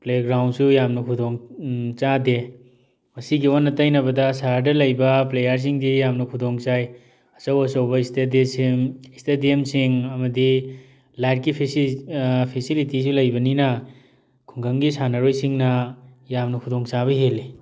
ꯄ꯭ꯂꯦꯒ꯭ꯔꯥꯎꯟꯁꯨ ꯌꯥꯝꯅ ꯈꯨꯗꯣꯡ ꯆꯥꯗꯦ ꯃꯁꯤꯒꯤ ꯑꯣꯟꯅ ꯇꯩꯅꯕꯗ ꯁꯍꯔꯗ ꯂꯩꯕ ꯄ꯭ꯂꯦꯌꯥꯔꯁꯤꯡꯗꯤ ꯌꯥꯝꯅ ꯈꯨꯗꯣꯡ ꯆꯥꯏ ꯑꯆꯧ ꯑꯆꯧꯕ ꯏꯁꯇꯦꯗꯤꯌꯝꯁꯤꯡ ꯑꯃꯗꯤ ꯂꯥꯏꯔꯤꯛꯀꯤ ꯐꯦꯁꯤꯂꯤꯇꯤꯁꯨ ꯂꯩꯕꯅꯤꯅ ꯈꯨꯡꯒꯪꯒꯤ ꯁꯥꯟꯅꯔꯣꯏꯁꯤꯡꯅ ꯌꯥꯝꯅ ꯈꯨꯗꯣꯡꯆꯥꯕ ꯍꯦꯜꯂꯤ